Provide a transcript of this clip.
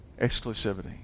exclusivity